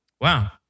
Wow